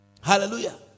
Hallelujah